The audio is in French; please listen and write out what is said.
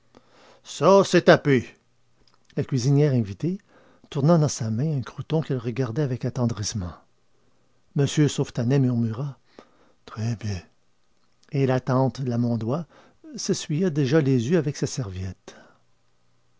ça c'est tapé la cuisinière invitée tourna dans sa main un croûton qu'elle regardait avec attendrissement m sauvetanin murmura très bien et la tante lamondois s'essuyait déjà les yeux avec sa serviette